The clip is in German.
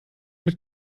mit